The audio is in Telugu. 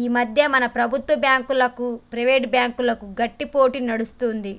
ఈ మధ్య మన ప్రభుత్వం బాంకులకు, ప్రైవేట్ బ్యాంకులకు గట్టి పోటీ నడుస్తుంది